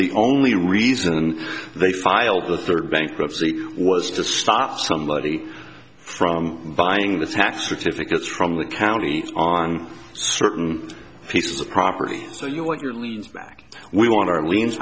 the only reason they filed the third bankruptcy was to stop somebody from buying the tax certificates from the county on certain pieces of property so you want your leans back we w